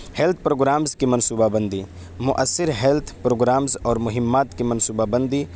health programmes کی منصوبہ بندی مؤثر ہیلتھ پروگرامس اور مہمات کی منصوبہ بندی